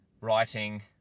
writing